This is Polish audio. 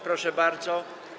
Proszę bardzo.